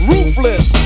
Ruthless